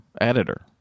editor